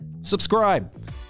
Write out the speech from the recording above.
subscribe